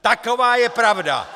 Taková je pravda!